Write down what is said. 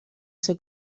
ser